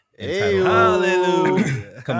Hallelujah